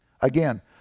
Again